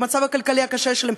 במצב הכלכלי הקשה שלהם,